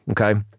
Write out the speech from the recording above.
Okay